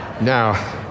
Now